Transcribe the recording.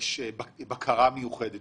האם יש בקרה מיוחדת.